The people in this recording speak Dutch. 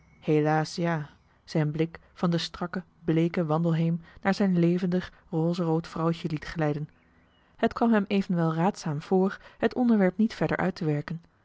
helaas ja zijn blik van den strakken bleeken wandelheem naar zijn levendig rozerood vrouwtje liet glijden het kwam hem evenwel raadzaam voor het onderwerp niet verder uittewerken